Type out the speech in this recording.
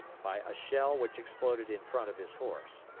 by a shell which exploded in front of his horse.